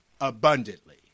abundantly